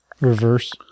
reverse